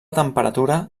temperatura